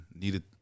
needed